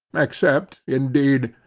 except, indeed,